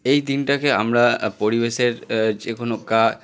এই দিনটাকে আমরা পরিবেশের যে কোনও কা